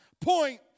point